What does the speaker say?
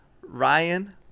Ryan